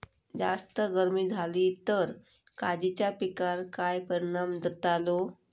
जास्त गर्मी जाली तर काजीच्या पीकार काय परिणाम जतालो?